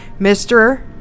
Mr